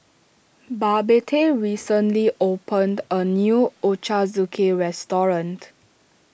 Babette recently opened a new Ochazuke restaurant